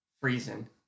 freezing